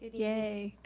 yay,